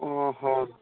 ଓହୋ